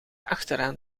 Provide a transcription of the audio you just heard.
achteraan